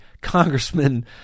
Congressman